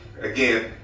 again